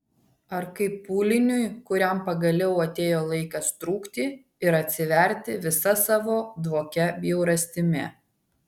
ar kaip pūliniui kuriam pagaliau atėjo laikas trūkti ir atsiverti visa savo dvokia bjaurastimi